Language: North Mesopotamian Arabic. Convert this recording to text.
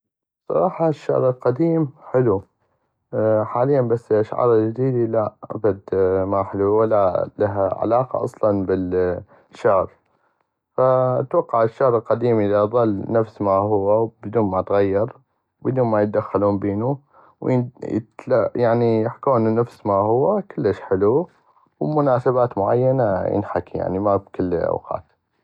بصراحة الشعر القديم حلو حاليا بس الاشعار الجديدي لا ابد ما حلوي وابد ولا الها علاقة بالشعر فاتوقع الشعر القديم اذا ظل نفس ما هوا بدون ماتغير وبدون ما يدخلون بينو يعني ويحكونو نفس ما هو كلش حلو ومناسبات معينة ينحكي يعني ما بكل الاوقات.